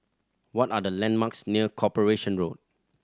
what are the landmarks near Corporation Road